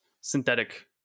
synthetic